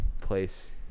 place